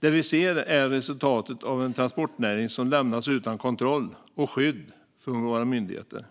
Det vi ser är resultatet av en transportnäring som lämnats utan kontroll och skydd från våra myndigheter.